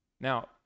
Now